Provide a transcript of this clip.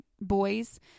boys